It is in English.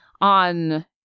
on